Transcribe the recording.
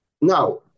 Now